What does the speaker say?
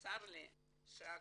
צר לי שעכשיו,